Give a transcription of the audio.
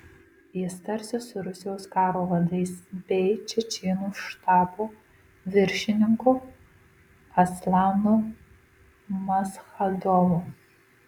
jis tarsis su rusijos karo vadais bei čečėnų štabo viršininku aslanu maschadovu